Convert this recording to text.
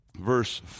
Verse